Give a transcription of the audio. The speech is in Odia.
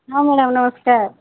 ହଁ ମ୍ୟାଡାମ୍ ନମସ୍କାର